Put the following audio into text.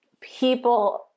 people